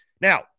Now